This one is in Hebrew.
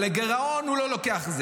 על הגירעון הוא לוקח,